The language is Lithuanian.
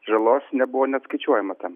žalos nebuvo net skaičiuojama ten